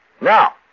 Now